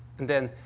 and then,